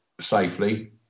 safely